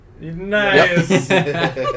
Nice